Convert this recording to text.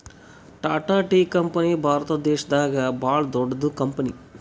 Tata tea company Bharat ದೇಶದಾಗೆ ಭಾಳ್ ದೊಡ್ಡದ್ ಕಂಪನಿ